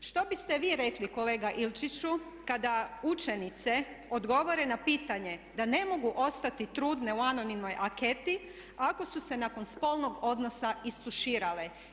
Što biste vi rekli kolega Ilčiću kada učenice odgovore na pitanje da ne mogu ostati trudne u anonimnoj anketi ako su se nakon spolnog odnosa istuširale?